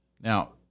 Now